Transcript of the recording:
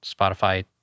Spotify